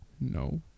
No